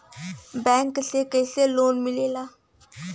Bank से कइसे loan मिलेला?